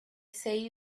say